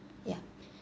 ya